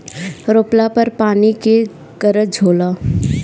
रोपला पर पानी के गरज होला